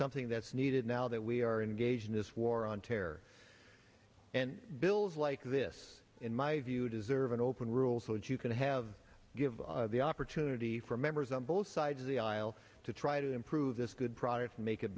something that's needed now that we are engaged in this war on terror and bills like this in my view deserve an open rules so that you can have give the opportunity for members on both sides of the aisle to try to improve this good pro